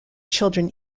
children